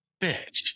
bitch